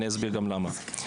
אני אסביר גם למה.